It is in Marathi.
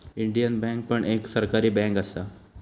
इंडियन बँक पण एक सरकारी बँक असा